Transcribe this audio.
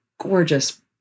gorgeous